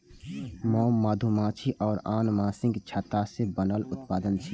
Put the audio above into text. मोम मधुमाछी आ आन माछीक छत्ता सं बनल उत्पाद छियै